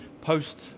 post